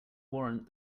warrant